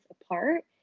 apart